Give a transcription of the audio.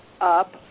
up